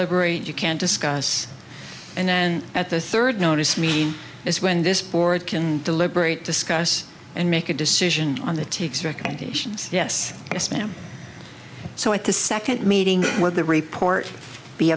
though you can't discuss and then at the third notice me is when this board can deliberate discuss and make a decision on the takes recommendations yes yes ma'am so at the second meeting with the report be